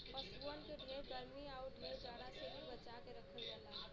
पसुअन के ढेर गरमी आउर ढेर जाड़ा से भी बचा के रखल जाला